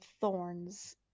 thorns